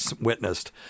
witnessed